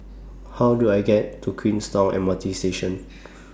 How Do I get to Queenstown M R T Station